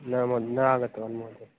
न महोदय न आगतवान् महोदय